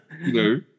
no